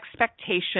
expectation